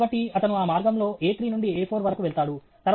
కాబట్టి అతను ఆ మార్గంలో A3 నుండి A4 వరకు వెళ్తాడు